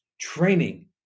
training